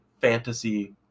fantasy